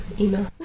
email